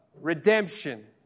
redemption